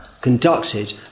conducted